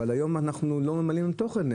אבל היום אנחנו לא ממלאים בתוכן.